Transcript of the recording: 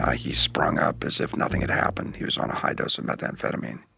ah he sprung up as if nothing had happened. he was on a high dose of methamphetamine.